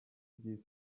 ry’isi